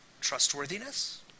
Trustworthiness